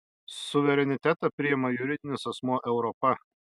suverenitetą priima juridinis asmuo europa